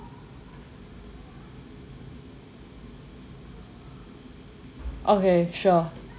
okay sure